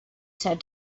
said